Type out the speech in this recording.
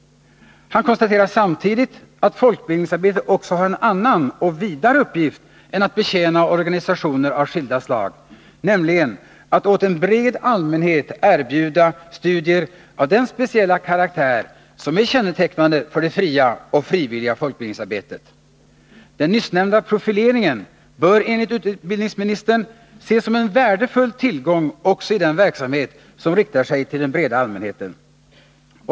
Han konstaterar samtidigt att folkbildningsarbetet också har en annan och vidare uppgift än att betjäna organisationer av skilda slag, nämligen att åt en bred allmänhet erbjuda studier av den speciella karaktär som är kännetecknande för det fria och frivilliga folkbildningsarbetet. Den nyssnämnda profileringen bör enligt utbildningsministern ses som en värdefull tillgång också i den verksamhet som riktar sig till den breda allmänheten.